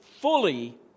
fully